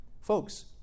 Folks